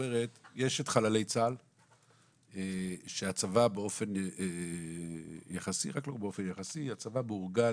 יש את חללי צה"ל שהצבא באופן יחסי מאורגן,